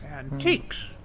Antiques